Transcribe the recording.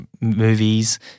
movies